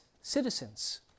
citizens